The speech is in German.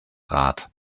rath